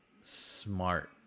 Smart